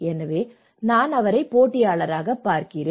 எனவே நான் அவரைப் பார்க்கிறேன்